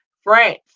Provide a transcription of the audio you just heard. France